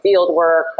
Fieldwork